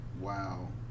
wow